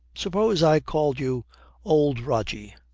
suppose i called you old rogie?